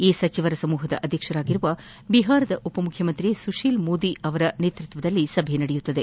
ಈ ಸಚಿವರ ಸಮೂಹದ ಅಧ್ಯಕ್ಷರಾಗಿರುವ ಬಿಹಾರದ ಉಪಮುಖ್ಯಮಂತ್ರಿ ಸುಶೀಲ್ ಮೋದಿ ನೇತೃತ್ವದಲ್ಲಿ ಸಭೆ ನಡೆಯಲಿದೆ